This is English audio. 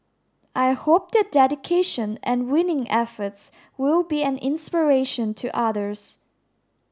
I hope their dedication and winning efforts will be an inspiration to others